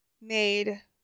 made